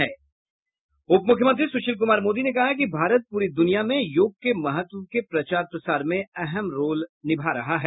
उपमुख्यमंत्री सुशील कुमार मोदी ने कहा है कि भारत पूरी दुनिया में योग के महत्व के प्रचार प्रसार में अहम रोल निभा रहा है